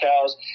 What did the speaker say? cows